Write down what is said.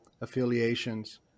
affiliations